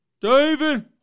David